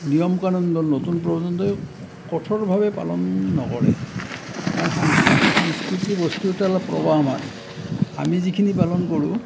নিয়ম কানুনবোৰ নতুন প্ৰজন্মই কঠোৰভাৱে পালন নকৰে কাৰণ কৃষ্টি সংস্কৃতি বস্তুটো অলপ প্ৰৱাহমান আমি যিখিনি পালন কৰো